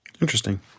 Interesting